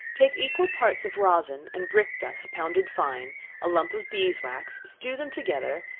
take equal parts of rosin and brick-dust pounded fine a lump of beeswax stew them together,